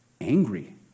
angry